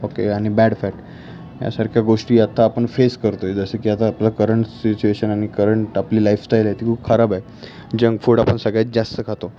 okay आणि bad fat यासारख्या गोष्टी आता आपण फेस करतो आहे जसं की आता आपलं करंट सिच्युएशन आणि करंट आपली लाईफस्टाईल आहे ती खूप खराब आहे जंक फूड आपण सगळ्यात जास्त खातो